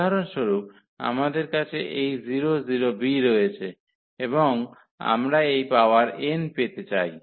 উদাহরণস্বরূপ আমাদের কাছে এই 0 0 b রয়েছে এবং আমরা এই পাওয়ার n পেতে চাই